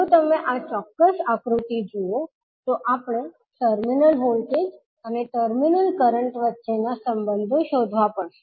જો તમે આ ચોક્ક્સ આકૃતિ જુઓ તો આપણે ટર્મિનલ વોલ્ટેજ અને ટર્મિનલ કરંટ વચ્ચેના સંબંધો શોધવા પડશે